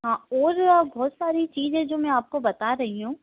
हाँ और बहुत सारी चीजें जो मैं आपको बता रही हूँ